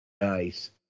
Nice